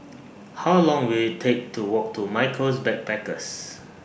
How Long Will IT Take to Walk to Michaels Backpackers